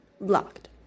Blocked